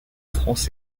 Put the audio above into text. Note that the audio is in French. france